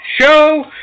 show